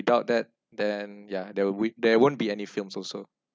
without that then ya there with there won't be any films also